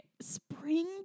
spring